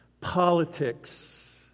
politics